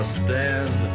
stand